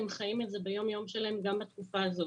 הם חיים את זה ביום-יום שלהם גם בתקופה הזאת.